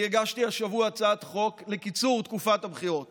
אני הגשתי השבוע הצעת חוק לקיצור תקופת הבחירות